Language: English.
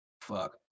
fuck